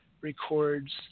records